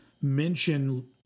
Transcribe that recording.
mention